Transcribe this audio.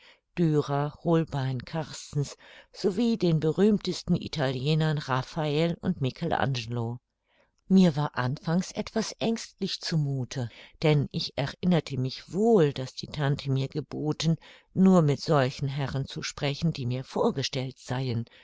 holbein carstens sowie den berühmtesten italienern rafael und michel angelo mir war anfangs etwas ängstlich zu muthe denn ich erinnerte mich wohl daß die tante mir geboten nur mit solchen herren zu sprechen die mir vorgestellt seien